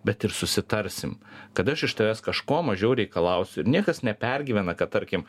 bet ir susitarsim kad aš iš tavęs kažko mažiau reikalausiu ir niekas nepergyvena kad tarkim